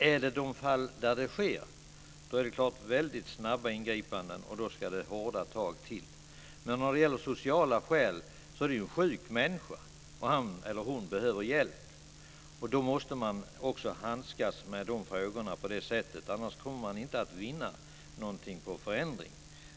Finns det fall där det sker krävs det helt klart väldigt snabba ingripanden och då ska det hårda tag till. Men när det gäller sociala skäl är det ju fråga om en sjuk människa och han eller hon behöver hjälp. Då måste man också handskas med de frågorna på det sättet. Annars kommer man inte att vinna någonting på förändringen.